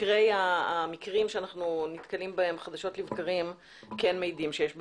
המקרים שאנחנו נתקלים בהם חדשות לבקרים כן מעידים שיש בעיה.